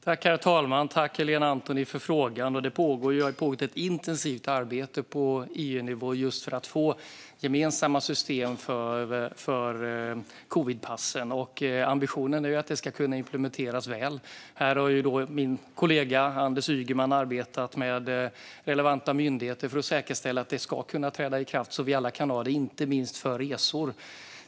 Herr talman! Tack, Helena Antoni, för frågan! Det pågår och har pågått ett intensivt arbete på EU-nivå just för att få gemensamma system för covidpassen. Ambitionen är att det ska kunna implementeras väl. Här har min kollega Anders Ygeman arbetat med relevanta myndigheter för att säkerställa att det ska kunna träda i kraft så att vi alla kan ha det inte minst för resor.